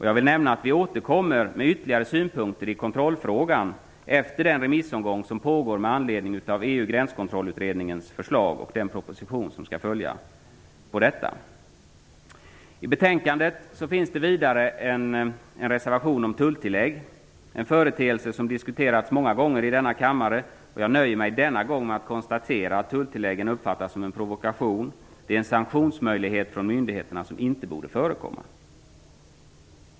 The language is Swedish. Jag vill nämna att vi återkommer med ytterligare synpunkter i kontrollfrågan, efter den remissomgång som pågår med anledning av EU gränskontrollutredningens förslag och den proposition som skall följa på den. I betänkandet finns vidare en reservation om tulltillägg, en företeelse som diskuterats många gånger i denna kammare. Jag nöjer mig denna gång med att konstatera att tulltilläggen uppfattas som en provokation. Det är en sanktionsmöjlighet från myndigheterna som inte borde förekomma.